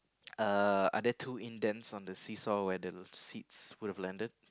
uh are there two indents on the see saw where the seats would have landed